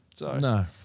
No